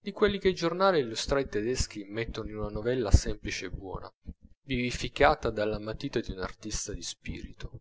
di quelle che i giornali illustrati tedeschi mettono in una novella semplice e buona vivificata dalla matita di un artista di spirito